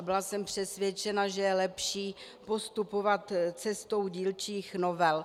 Byla jsem přesvědčena, že je lepší postupovat cestou dílčích novel.